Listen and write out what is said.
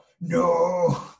no